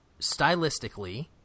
stylistically